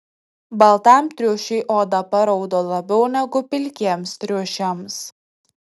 baltam triušiui oda paraudo labiau negu pilkiems triušiams